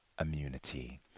immunity